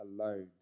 alone